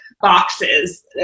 boxes